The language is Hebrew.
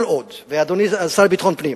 כל עוד, ואדוני השר לביטחון פנים,